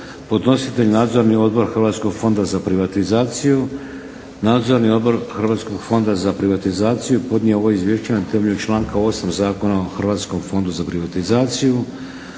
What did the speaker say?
Podnositelj: Nadzorni odbor Hrvatskog fonda za privatizaciju. Nadzorni odbor Hrvatskog fonda za privatizaciju podnio je ovo Izvješće na temelju članka 8. Zakona o Hrvatskom fondu za privatizaciju.